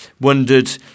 wondered